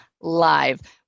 live